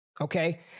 okay